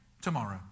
tomorrow